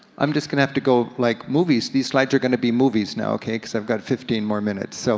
i'm just gonna have to go like movies. these slides are gonna be movies now, okay, cause i've got fifteen more minutes, so.